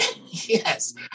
Yes